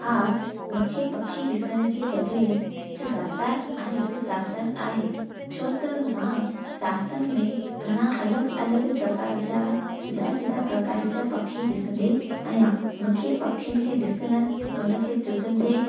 हा मूंखे पखी ॾिसण जी जॻह हिकु दातर ऐं हिकु सासण आहे छो त मां सासण में पिणु अलॻि अलॻि प्रकार जा जुदा जुदा प्रकार जा पखी ॾिसंदी आहियां मूंखे पखियुनि खे ॾिसणु हुन खे चुगंदे